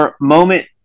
moment